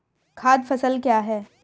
खाद्य फसल क्या है?